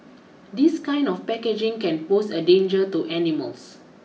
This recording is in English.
this kind of packaging can pose a danger to animals